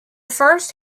first